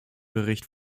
bericht